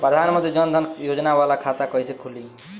प्रधान मंत्री जन धन योजना वाला खाता कईसे खुली?